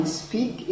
speak